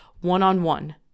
one-on-one